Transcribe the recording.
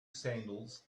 sandals